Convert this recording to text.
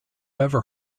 ever